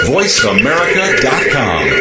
VoiceAmerica.com